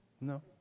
No